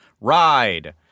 Ride